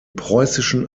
preußischen